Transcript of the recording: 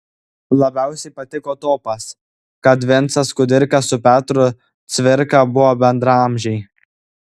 labiausiai patiko topas kad vincas kudirka su petru cvirka buvo bendraamžiai